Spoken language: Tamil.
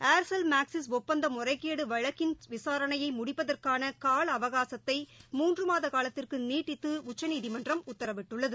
ஏர்செல் மாக்ஸிஸ் ஒப்பந்த முறைகேடு வழக்கின் விசாரணையை முடிப்பதற்கான கால அவகாசத்தை மூன்று மாத காலத்திற்கு நீட்டித்து உச்சநீதிமன்றம் உத்தரவிட்டுள்ளது